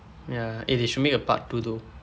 ya eh they should make a part two though